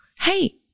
hey